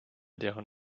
deren